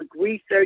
research